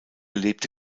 lebte